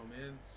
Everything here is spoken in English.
man